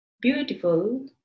beautiful